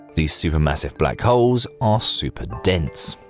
these supermassive black holes are super dense.